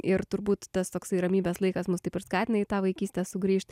ir turbūt tas toksai ramybės laikas mus taip ir skatina į tą vaikystę sugrįžt